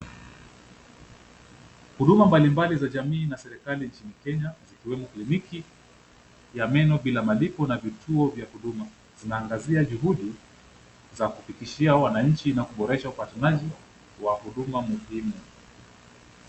Huduma mbali mbali za jamii na serikali nchni Kenya zikiwemo kliniki ya meno bila malipo na vituo vya huduma, zinaangazia juhudi za kufikishia wananchi na kuboresha upatanaji wa huduma muhimu.